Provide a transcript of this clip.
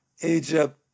Egypt